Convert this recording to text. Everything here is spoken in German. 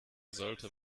sollte